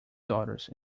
daughters